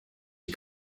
die